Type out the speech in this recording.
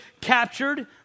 captured